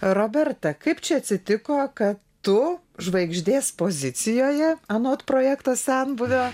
roberta kaip čia atsitiko kad tu žvaigždės pozicijoje anot projekto senbuvio